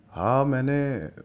ہاں میں نے